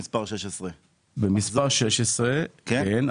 במספר 16. כן,